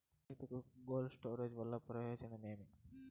రైతుకు cold storage వల్ల ప్రయోజనం ఏమి?